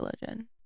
religion